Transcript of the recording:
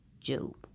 Job